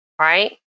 right